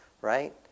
right